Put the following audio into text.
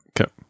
Okay